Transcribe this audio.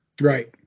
Right